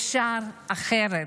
אפשר אחרת.